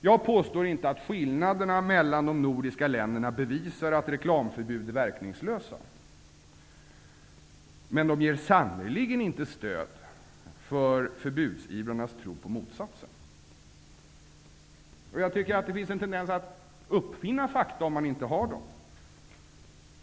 Jag påstår inte att skillnaderna mellan de nordiska länderna bevisar att reklamförbud är verkningslösa, men de ger sannerligen inte stöd för förbudsivrarnas tro på motsatsen. Jag tycker att det finns en tendens att uppfinna fakta om man inte har dem.